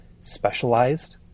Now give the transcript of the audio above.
specialized